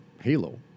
Halo